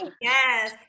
Yes